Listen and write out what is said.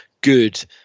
good